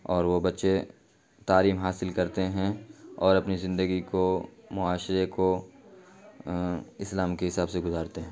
اور وہ بچے تعلیم حاصل کرتے ہیں اور اپنی زندگی کو معاشرے کو اسلام کے حساب سے گزارتے ہیں